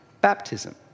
baptism